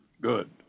Good